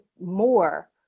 more